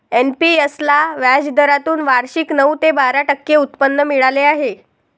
NPS ला व्याजदरातून वार्षिक नऊ ते बारा टक्के उत्पन्न मिळाले आहे